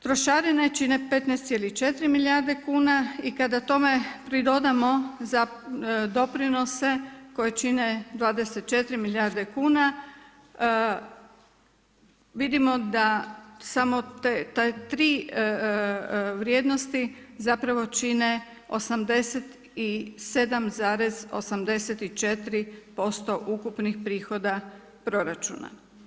Trošarine čine 15,4 milijarde kuna i kada tome pridodamo za doprinose koji čine 24 milijarde kuna vidimo da samo ta 3 vrijednosti zapravo čine 87,84% ukupnih prihoda proračuna.